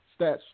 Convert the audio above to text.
stats